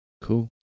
cool